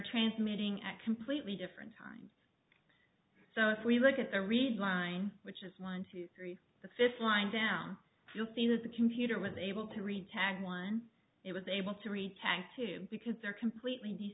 transmitting at completely different times so if we look at the read line which is one two three the fifth line down you'll see that the computer was able to read tags once it was able to raise taxes to because they're completely